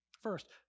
First